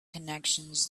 connections